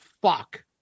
fuck